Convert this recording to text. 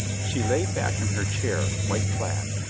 she lay back in her chair white clad,